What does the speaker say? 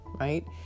right